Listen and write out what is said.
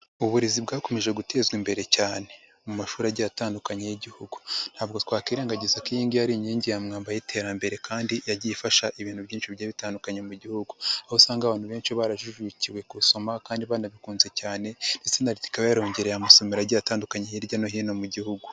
Uburezi bwakomeje gutezwa imbere cyane mu mashuri agiye atandukanye y'igihugu ntabwo twakirengagiza ko iyi ngiyi ari inkingi ya mwamba y'iterambere kandi yagiye ifasha ibintu byinshi bigiye bitandukanye mu gihugu, aho usanga abantu benshi barajijukiwe gusoma kandi banabikunze cyane ndetse na Leta ikaba yarongereye amasosomero agiye atandukanye hirya no hino mu gihugu.